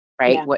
right